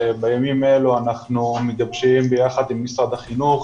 בימים אלה אנחנו מגבשים ביחד עם משרד החינוך,